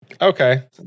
Okay